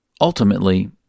ultimately